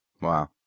Wow